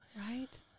Right